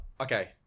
Okay